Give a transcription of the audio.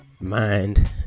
mind